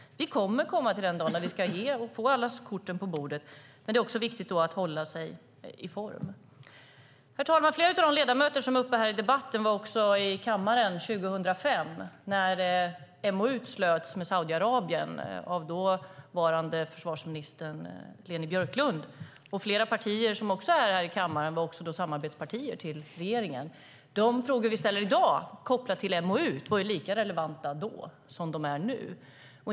Vi kommer till den dagen när vi ska ge och få alla korten på bordet, men det är då viktigt att hålla sig till formen. Herr talman! Flera av de ledamöter som är uppe här i debatten var också i kammaren 2005, när MoU:et slöts med Saudiarabien av dåvarande försvarsministern Leni Björklund. Flera partier som är här i kammaren var då också samarbetspartier till regeringen. De frågor som vi ställer i dag kopplade till MoU var lika relevanta då som de är nu.